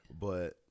But-